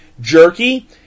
Jerky